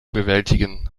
bewältigen